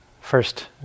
first